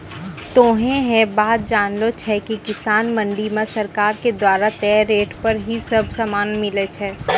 तोहों है बात जानै छो कि किसान मंडी मॅ सरकार के द्वारा तय रेट पर ही सब सामान मिलै छै